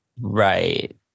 Right